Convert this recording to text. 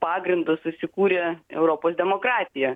pagrindu susikūrė europos demokratija